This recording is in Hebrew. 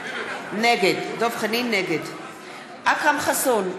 נגד אכרם חסון,